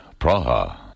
Praha